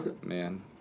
Man